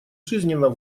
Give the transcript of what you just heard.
жизненно